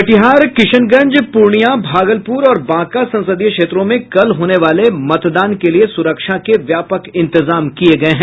कटिहार किशनगंज पूर्णिया भागलपुर और बांका संसदीय क्षेत्रों में कल होने वाले मतदान के लिए सुरक्षा के व्यापक इंतजाम किये गये हैं